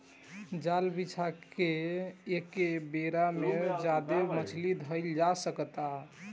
जाल बिछा के एके बेरा में ज्यादे मछली धईल जा सकता